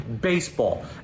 baseball